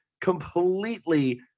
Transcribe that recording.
completely